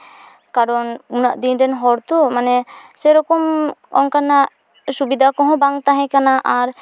ᱠᱟᱨᱚᱱ ᱩᱱᱟᱹᱜ ᱫᱤᱱ ᱨᱮᱱ ᱦᱚᱲ ᱛᱚ ᱢᱟᱱᱮ ᱥᱮᱨᱚᱠᱚᱢ ᱚᱱᱠᱟᱱᱟᱜ ᱥᱩᱵᱤᱫᱟ ᱠᱚᱦᱚᱸ ᱵᱟᱝ ᱛᱟᱦᱮᱠᱟᱱᱟ ᱟᱨ